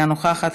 אינה נוכחת.